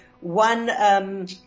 one